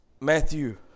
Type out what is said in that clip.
Matthew